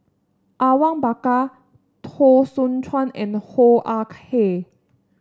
Awang Bakar Teo Soon Chuan and Hoo Ah Kay